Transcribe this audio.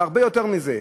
זה הרבה יותר מזה.